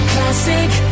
Classic